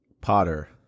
Potter